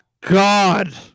God